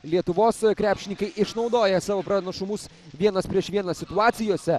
lietuvos krepšininkai išnaudoja savo pranašumus vienas prieš vieną situacijose